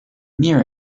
mirror